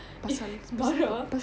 eh marah